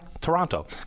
Toronto